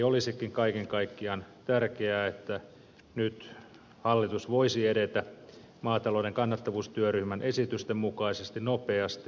olisikin kaiken kaikkiaan tärkeää että nyt hallitus voisi edetä maatalouden kannattavuustyöryhmän esitysten mukaisesti nopeasti